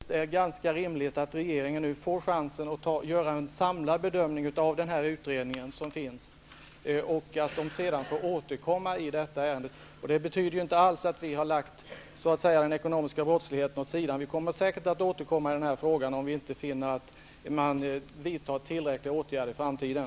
Fru talman! Jag tycker faktiskt, Ulla-Britt Åbark, att det är ganska rimligt att regeringen får chansen till att göra en samlad bedömning av utredningen och att den därefter får återkomma i ärendet. Det betyder inte alls att vi har lagt den ekonomiska brottsligheten åt sidan. Vi kommer säkert att återkomma i den här frågan om vi finner att man inte vidtar tillräckligt kraftfullta åtgärder i framtiden.